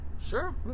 Sure